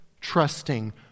trusting